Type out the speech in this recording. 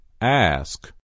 Ask